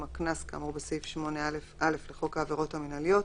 הקנס כאמור בסעיף 8א(א) לחוק העבירות המינהליות,